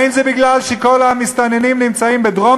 האם זה משום שכל המסתננים נמצאים בדרום